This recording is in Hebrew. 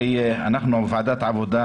אנחנו ועדת העבודה,